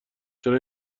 چرا